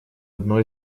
одно